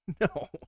No